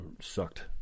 sucked